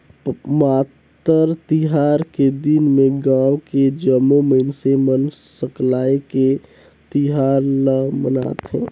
मातर तिहार के दिन में गाँव के जम्मो मइनसे मन सकलाये के तिहार ल मनाथे